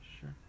Sure